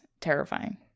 terrifying